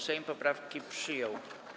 Sejm poprawki przyjął.